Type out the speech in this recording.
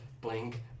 blink